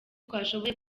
twashoboye